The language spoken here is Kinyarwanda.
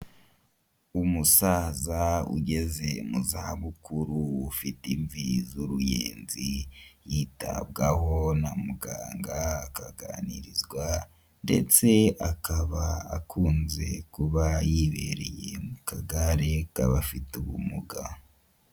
Umusaza ugeze mu za bukuru ufite imvi z'uruyenzi yitabwaho na muganga akaganirizwa, ndetse akaba akunze kuba yibereye mu kagare k'abafite ubumuga.